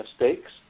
mistakes